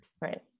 Right